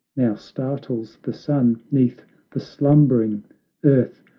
now startles the sun neath the slumbering earth,